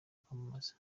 kwamamaza